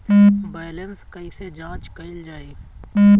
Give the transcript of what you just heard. Balance कइसे जांच कइल जाइ?